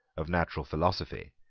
of natural philosophy,